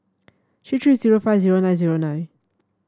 three three zero five zero nine zero nine